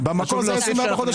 במקור זה היה 24 חודשים.